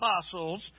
apostles